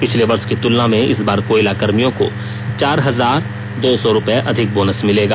पिछले वर्ष की तुलना में इस बार कोयला कर्मियों को चार हजार दो सौ रुपये अधिक बोनस मिलेगा